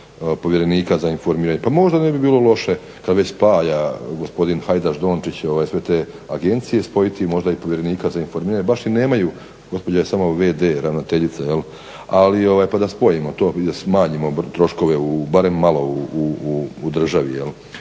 povjerenika za informiranje. Pa možda ne bi bilo loše kad već spaja gospodin Hajdaš-Dončić sve te agencije spojiti možda i povjerenika za informiranje. Baš i nemaju, gospođa je samo v.d. ravnateljice pa da spojimo to i da smanjimo troškove barem malo u državi.